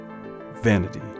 vanity